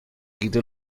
quite